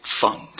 fund